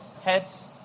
Heads